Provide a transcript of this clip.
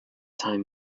time